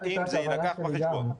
האם זה יילקח בחשבון?